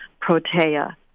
protea